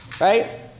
right